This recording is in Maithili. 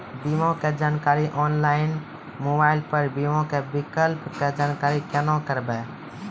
बीमा के जानकारी ऑनलाइन मोबाइल पर बीमा के विकल्प के जानकारी केना करभै?